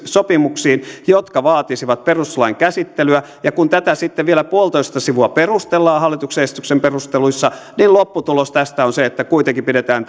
sopimuksiin jotka vaatisivat perustuslain käsittelyä ja kun tätä sitten vielä puolitoista sivua perustellaan hallituksen esityksen perusteluissa niin lopputulos tästä on se että kuitenkin pidetään